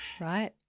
Right